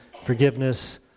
forgiveness